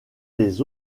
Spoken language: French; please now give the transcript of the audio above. les